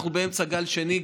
אנחנו באמצע גל שני,